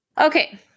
Okay